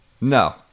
No